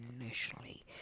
initially